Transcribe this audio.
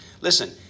Listen